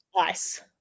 ice